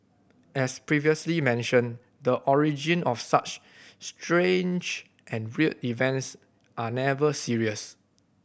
as previously mentioned the origin of such strange and weird events are never serious